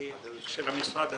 המשרד עצמו,